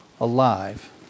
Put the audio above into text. alive